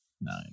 Nine